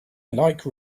like